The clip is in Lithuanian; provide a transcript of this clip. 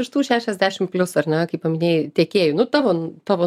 iš tų šešiasdešimt plius ar ne kaip paminėjai tiekėjų nu tavo tavo